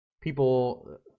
people